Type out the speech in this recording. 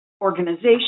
organization